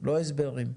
לא הסברים.